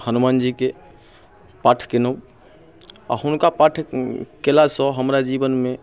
हनुमान जी के पाठ केलहुँ आओर हुनका पाठ केलासँ हमरा जीवनमे